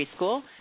preschool